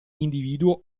individuo